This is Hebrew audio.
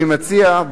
אני מציע,